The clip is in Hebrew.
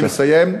אני מסיים.